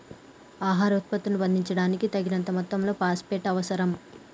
ఆహార ఉత్పత్తిని పెంచడానికి, తగినంత మొత్తంలో ఫాస్ఫేట్ అవసరం